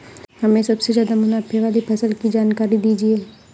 हमें सबसे ज़्यादा मुनाफे वाली फसल की जानकारी दीजिए